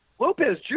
Lopez